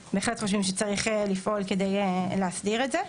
ואנחנו בהחלט חושבים שצריך לפעול כדי להסדיר את זה.